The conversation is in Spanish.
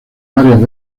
varias